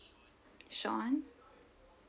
sean